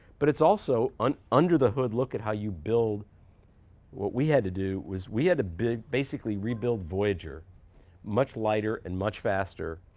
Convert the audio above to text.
but it's also an under-the-hoof look at how you build what we had to do was we had to to basically rebuilt voyager much lighter and much faster.